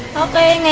okay,